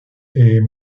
est